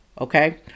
Okay